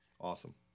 Awesome